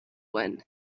win